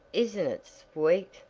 isn't it sweet?